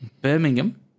Birmingham